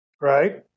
Right